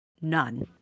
None